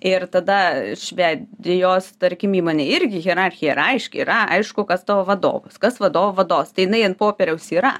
ir tada švedijos tarkim įmonėj irgi hierarchija yra aiški yra aišku kas tavo vadovas kas vadovo vadovas tai jinai ant popieriaus yra